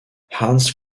hans